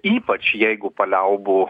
ypač jeigu paliaubų